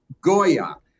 Goya